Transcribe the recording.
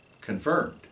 confirmed